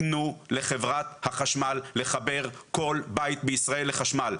תנו לחברת החשמל לחבר כל בית בישראל לחשמל.